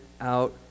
out